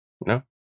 No